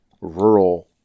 rural